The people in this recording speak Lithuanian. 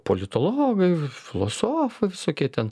politologai filosofai visokie ten